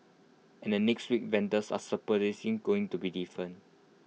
and the next week vendors are supposedly going to be different